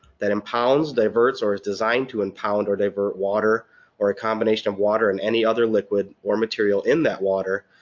that impounds, diverts, or is designed to impound or divert water or a combination of water and any other liquid or material in that water,